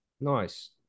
nice